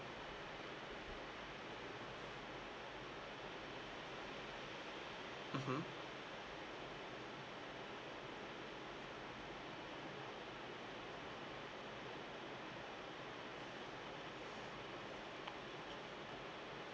mmhmm